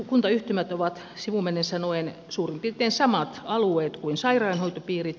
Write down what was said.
kuntayhtymät ovat sivumennen sanoen suurin piirtein samat alueet kuin sairaanhoitopiirit